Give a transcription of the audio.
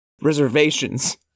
Reservations